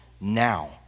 now